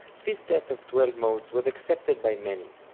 this set of twelve modes was accepted by many,